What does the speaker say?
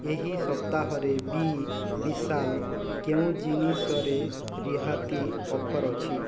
ଏହି ସପ୍ତାହରେ ବି ବିଶାଲର କେଉଁ ଜିନିଷରେ ରିହାତି ଅଫର୍ ଅଛି